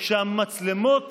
שהמצלמות